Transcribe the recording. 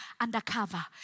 undercover